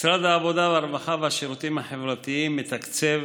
משרד העבודה, הרווחה והשירותים החברתיים מתקצב